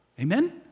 Amen